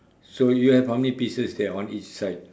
so you have how many pieces there on each side